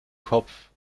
kopf